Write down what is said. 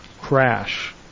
crash